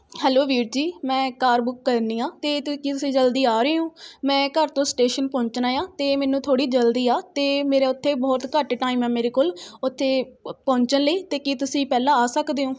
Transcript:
hello ਵੀਰ ਜੀ ਮੈਂ ਕਾਰ ਬੁੱਕ ਕਰਨੀ ਆ ਅਤੇ ਤ ਕੀ ਤੁਸੀਂ ਜਲਦੀ ਆ ਰਹੇ ਹੋ ਮੈਂ ਘਰ ਤੋਂ ਸਟੇਸ਼ਨ ਪਹੁੰਚਣਾ ਆ ਅਤੇ ਮੈਨੂੰ ਥੋੜ੍ਹੀ ਜਲਦੀ ਆ ਅਤੇ ਮੇਰਾ ਉੱਥੇ ਬਹੁਤ ਘੱਟ ਟਾਇਮ ਆ ਮੇਰੇ ਕੋਲ ਉੱਥੇ ਪਹੁੰਚਣ ਲਈ ਅਤੇ ਕੀ ਤੁਸੀਂ ਪਹਿਲਾਂ ਆ ਸਕਦੇ ਓਂ